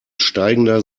steigender